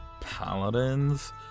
paladins